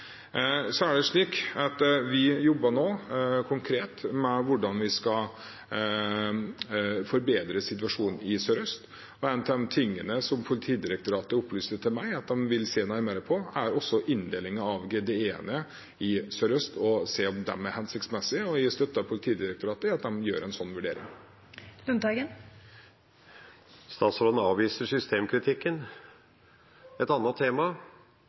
Vi jobber nå konkret med hvordan vi skal forbedre situasjonen i Sør-Øst politidistrikt. En av de tingene Politidirektoratet har opplyst til meg at de vil se nærmere på, er inndelingen av de geografiske distriktsenhetene, GDE-ene, i Sør-Øst politidistrikt og se om den er hensiktsmessig. Jeg støtter Politidirektoratet i at de gjør en slik vurdering. Per Olaf Lundteigen – til oppfølgingsspørsmål. Statsråden avviser systemkritikken. Et annet tema: